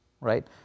right